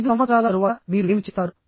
25 సంవత్సరాల తరువాత మీరు ఏమి చేస్తారు